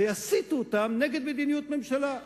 ויסיתו אותם נגד מדיניות הממשלה.